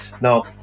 Now